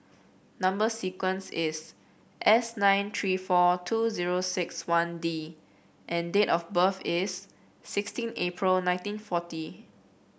number sequence is S nine three four two zero six one D and date of birth is sixteen April nineteen forty